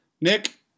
Nick